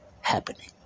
happening